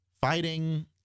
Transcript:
Fighting